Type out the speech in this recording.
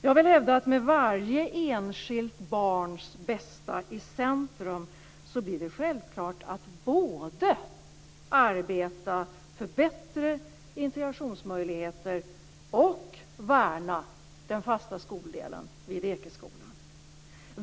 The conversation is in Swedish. Jag vill hävda att med varje enskilt barns bästa i centrum blir det självklart att både arbeta för bättre integrationsmöjligheter och värna den fasta skoldelen vid Ekeskolan.